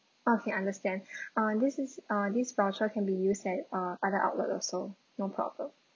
okay understand uh this is uh this voucher can be used at uh other outlet also no problem